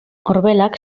orbelak